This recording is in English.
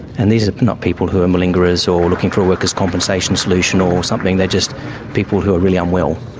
and these are not people who are malingerers or looking for a workers compensation solution or something they are just people who are really unwell.